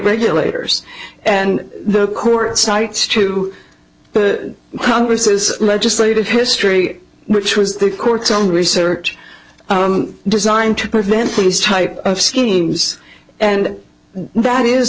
regulators and the court cites to congress is legislative history which was the court's on research designed to prevent these type of schemes and that is